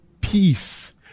peace